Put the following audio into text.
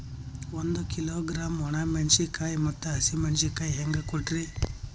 ಒಂದ ಕಿಲೋಗ್ರಾಂ, ಒಣ ಮೇಣಶೀಕಾಯಿ ಮತ್ತ ಹಸಿ ಮೇಣಶೀಕಾಯಿ ಹೆಂಗ ಕೊಟ್ರಿ?